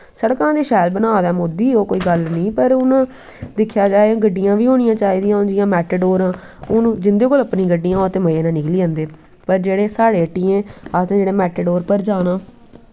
सड़कां ते शैल बना दा ऐ मोदी ओह् कोई गल्ल नी पर हून दिक्खेआ जाए गड्डियां बी होनियां चाही दियां जियां हून मैटाडोरां हून जिन्दे कोल अपनियां गड्डियां न ओह् ते मज़े नै निकली जंदे न पर जेह्ड़े साढ़े जेह् असें जेह्ड़ा मैटाडोर पर जाना